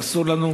אסור לנו